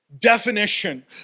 definition